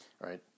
right